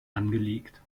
angelegt